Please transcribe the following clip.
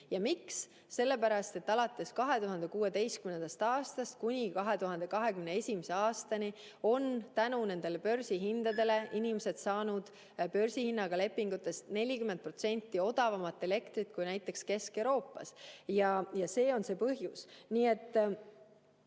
Miks? Sellepärast, et alates 2016. aastast kuni 2021. aastani on tänu börsihindadele saanud inimesed börsihinnaga lepingutest 40% odavamat elektrit kui näiteks Kesk-Euroopas. See on see põhjus.